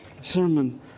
sermon